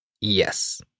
Yes